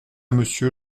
monsieur